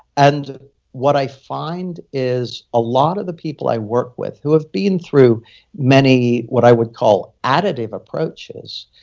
and what i find is a lot of the people that i worked with who have been through many, what i would call additive approaches,